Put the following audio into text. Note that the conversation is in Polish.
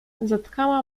zatkała